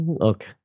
Okay